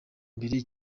mbere